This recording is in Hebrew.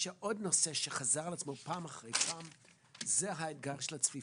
עוד נושא שחזר על עצמו פעם אחר פעם הוא האתגר של הצפיפות.